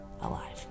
alive